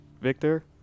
Victor